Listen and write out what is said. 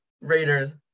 Raiders